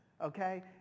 okay